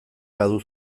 badu